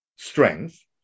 Strength